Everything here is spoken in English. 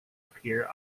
appear